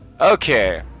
Okay